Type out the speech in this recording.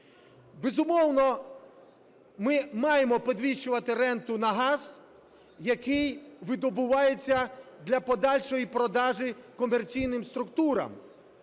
Безумовно, ми маємо підвищувати ренту на газ, який видобувається для подальшої продажі комерційним структурам.